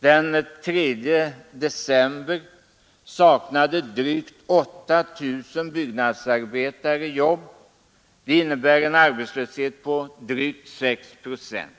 den 3 december saknade drygt 8 000 byggnadsarbetare jobb. Det innebär en arbetslöshet på drygt 6 procent.